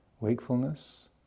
wakefulness